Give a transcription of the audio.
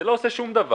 זה לא עושה דבר.